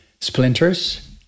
splinters